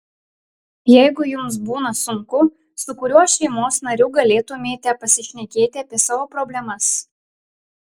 jeigu jums būna sunku su kuriuo šeimos nariu galėtumėte pasišnekėti apie savo problemas